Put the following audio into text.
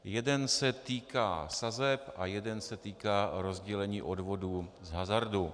Jeden se týká sazeb a jeden se týká rozdělení odvodů z hazardu.